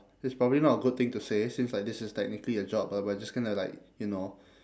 it's probably not a good thing to say since like this is technically a job but we're just gonna like you know